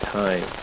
time